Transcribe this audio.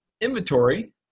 inventory